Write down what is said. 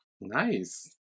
Nice